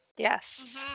Yes